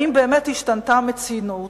האם באמת השתנתה המציאות